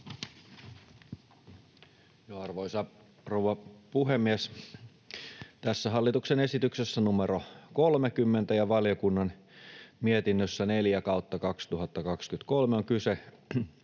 rouva puhemies! Tässä hallituksen esityksessä numero 30 ja valiokunnan mietinnössä 4/2023 on kyse